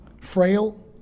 frail